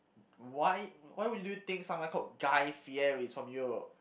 white why would you think called guy-fieri is from Europe